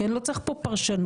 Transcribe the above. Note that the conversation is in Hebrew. לא צריך פה פרשנות,